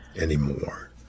anymore